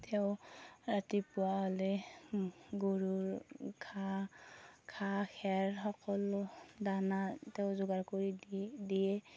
তেওঁ ৰাতিপুৱা হ'লে গৰুৰ ঘাঁহ ঘাঁহ খেৰ সকলো দানা তেওঁ যোগাৰ কৰি দিয়ে